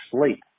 sleep